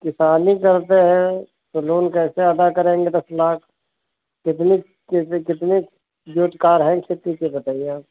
किसानी करते हैं तो लोन कैसे अदा करेंगे दस लाख कितनी कैसे कितनी कार हैं कितनी के बताइए आप